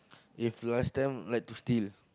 if last time like to steal